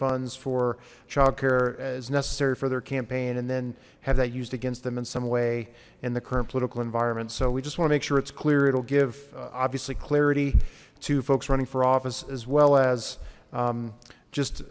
funds for childcare as necessary for their campaign and then have that used against them in some way in the current political environment so we just want to make sure it's clear it'll give obviously clarity to folks running for office as well as just